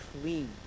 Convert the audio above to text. clean